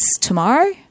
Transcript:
tomorrow